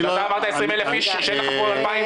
אני לא יכול לשמוע שאנחנו גוף עסקי.